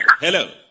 Hello